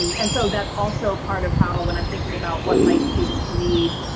and so that's also part of how when i'm thinking about what my students need,